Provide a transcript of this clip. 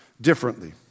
differently